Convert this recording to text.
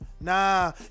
Nah